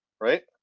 right